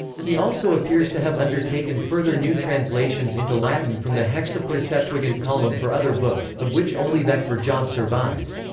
he also appears to have undertaken further new translations into latin from the hexaplar septuagint column for other books, of which only that for job survives.